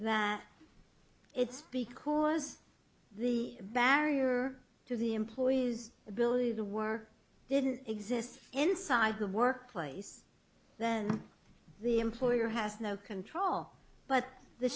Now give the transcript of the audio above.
that it's because the barrier to the employee's ability the war didn't exist inside the workplace then the employer has no control but the